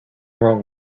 wrong